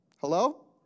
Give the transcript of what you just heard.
Hello